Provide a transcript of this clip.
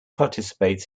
participates